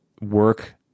work